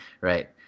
right